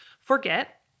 forget